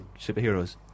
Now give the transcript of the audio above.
superheroes